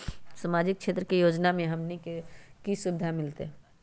सामाजिक क्षेत्र के योजना से हमनी के की सुविधा मिलतै?